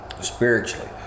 spiritually